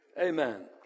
Amen